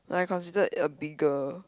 I considered a bigger